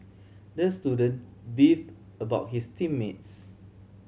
the student beef about his team mates